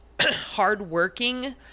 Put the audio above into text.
hardworking